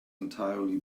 entirely